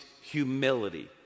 humility